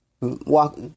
Walk